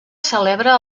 celebra